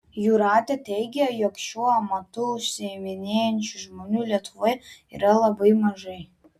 jūratė teigia jog šiuo amatu užsiiminėjančių žmonių lietuvoje yra labai mažai